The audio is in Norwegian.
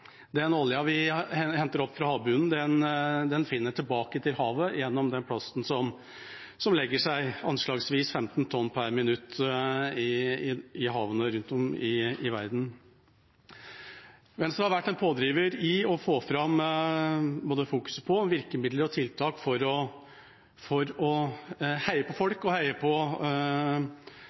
Dette er en stor utfordring og noe av det store bildet vi snakker om, for å løse verdens miljøutfordringer. Noen vil sikkert si at den oljen vi henter opp fra havbunnen, finner tilbake til havet gjennom den plasten som legger seg – anslagsvis 15 tonn per minutt – i havene rundt om i verden. Venstre har vært en pådriver i å få fram fokusering på både virkemidler og tiltak for å heie